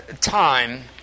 time